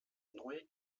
neu